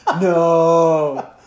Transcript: no